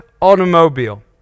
automobile